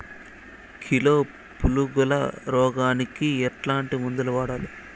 Kilo పులుగుల రోగానికి ఎట్లాంటి మందులు వాడాలి?